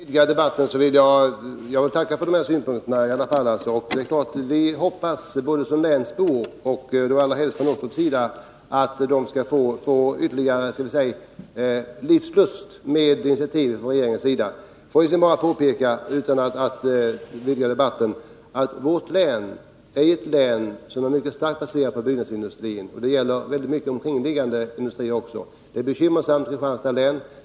Herr talman! Utan att vidga debatten vill jag bara tacka för de här synpunkterna. Som länsbo och särskilt med tanke på Åstorp hoppas jag att man genom initiativ från regeringens sida skall få ytterligare livslust. Låt mig till sist påpeka att vårt län är ett av de län som är mycket starkt baserade på byggnadsindustrin liksom på näraliggande industrier. Det är bekymmersamt i Kristianstads län.